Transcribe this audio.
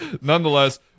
Nonetheless